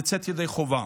לצאת ידי חובה.